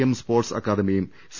M sports അക്കാദമിയും C